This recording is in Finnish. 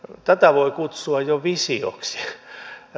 tätä voi kutsua jo visioksi